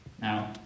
Now